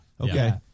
Okay